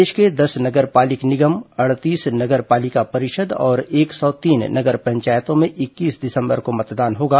प्रदेश के दस नगर पालिक निगम अड़तीस नगर पालिका परिषद और एक सौ तीन नगर पंचायतों में इक्कीस दिसंबर को मतदान होगा